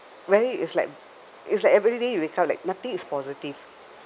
very it's like it's like everyday you wake up like nothing is positive